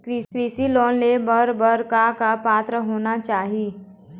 कृषि लोन ले बर बर का का पात्रता होना चाही?